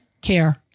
care